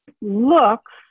looks